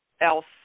else